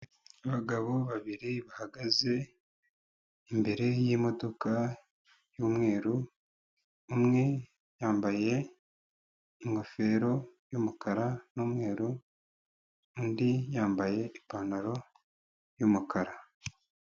Abagabo babiri bahagaze imbere y'imodoka y'umweru, umwe yambaye ingofero y'umukara n'umweru, undi yambaye ipantaro y'umukara.